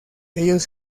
ellos